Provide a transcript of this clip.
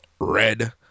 red